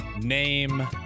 Name